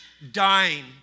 dying